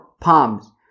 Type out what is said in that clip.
palms